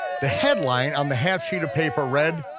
the headline on the half sheet of paper read,